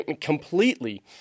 completely